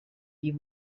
die